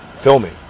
filming